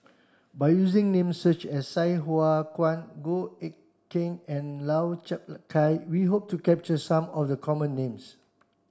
by using names such as Sai Hua Kuan Goh Eck Kheng and Lau Chiap Khai we hope to capture some of the common names